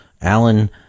Alan